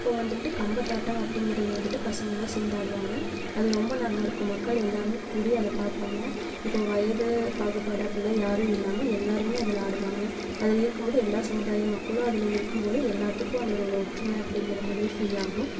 அப்போ வந்துட்டு கம்பத்தாட்டம் அப்படிங்குறது வந்துட்டு பசங்களாம் சேர்ந்து ஆடுவாங்கள் அது ரொம்ப நல்லாருக்கும் மக்கள் எல்லாருமே கூடி அதை பார்ப்பாங்க இப்போ வயது பாகுபாடு அப்படில்லா யாரும் இல்லாமல் எல்லாருமே அதில் ஆடுவாங்கள் அதில் இருக்கும்போது எல்லா சமுதாய மக்களும் அதில் இருக்கும்போதும் எல்லாத்துக்கும் அது ஒரு ஒற்றுமையாக அப்படிங்குறா மாதிரி ஃபீல் ஆகும்